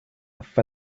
for